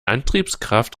antriebskraft